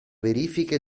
verifiche